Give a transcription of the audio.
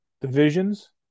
Divisions